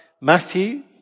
Matthew